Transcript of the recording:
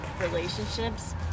relationships